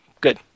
good